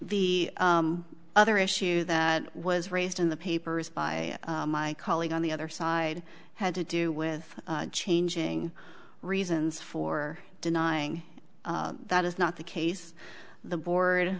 the other issue that was raised in the papers by my colleague on the other side had to do with changing reasons for denying that is not the case the board